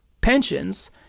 pensions